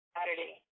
Saturday